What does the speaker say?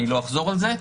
אני לא אחזור על זה.